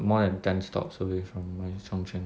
more than ten stops away from wh~ chung cheng